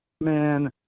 Man